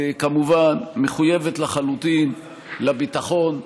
כמובן, מחויבת לחלוטין לביטחון,